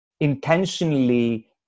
intentionally